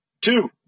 Two